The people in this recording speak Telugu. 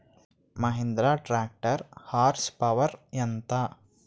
మహీంద్రా ట్రాక్టర్ హార్స్ పవర్ ఎంత?